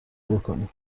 بکنی